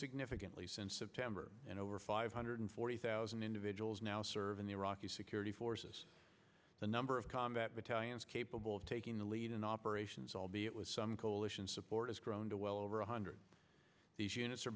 significantly since september and over five hundred forty thousand individuals now serve in the iraqi security forces the number of combat battalions capable of taking the lead in operations albeit with some coalition support has grown to well over one hundred these units are